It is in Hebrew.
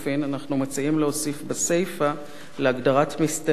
אנחנו מציעים להוסיף בסיפא להגדרת "מסתנן"